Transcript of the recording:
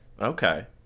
Okay